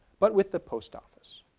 but with the post office.